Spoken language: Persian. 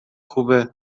خوبه